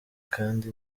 kandi